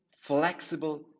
flexible